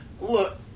Look